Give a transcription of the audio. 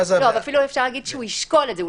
אפילו אפשר לומר שבית המשפט ישקול את זה.